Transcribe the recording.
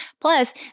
Plus